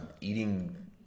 eating